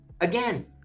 again